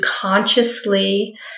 consciously